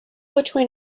between